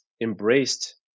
embraced